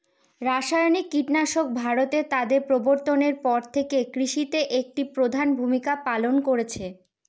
রাসায়নিক কীটনাশক ভারতে তাদের প্রবর্তনের পর থেকে কৃষিতে একটি প্রধান ভূমিকা পালন করেছে